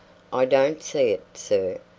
i don't see it, sir.